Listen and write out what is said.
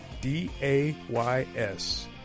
D-A-Y-S